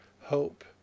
hope